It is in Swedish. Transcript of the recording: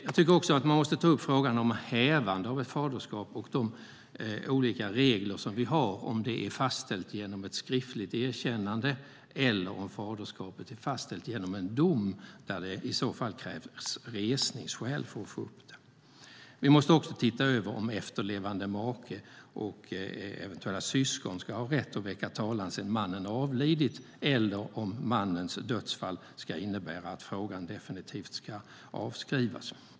Jag tycker också att man måste ta upp frågan om hävande av ett faderskap och de olika regler vi har beroende på om det är fastställt genom ett skriftligt erkännande eller om faderskapet är fastställt genom en dom, där det i så fall krävs resningsskäl för att få upp det. Vi måste också titta över om efterlevande make och eventuella syskon ska ha rätt att väcka talan sedan mannen avlidit eller om mannens dödsfall ska innebära att frågan definitivt avskrivs.